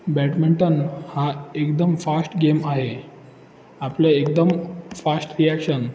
badminton हा एकदम fast game आहे आपलं एकदम फास्ट रिॲक्शन